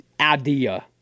idea –